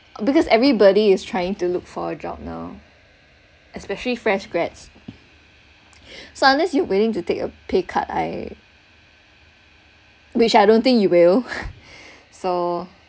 because everybody is trying to look for a job now especially fresh grads so unless you are willing to take a pay cut I which I don't think you will so